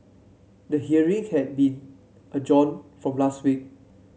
the hearing had been adjourned from last week